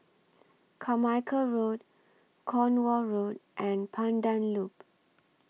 Carmichael Road Cornwall Road and Pandan Loop